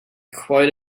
quite